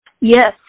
Yes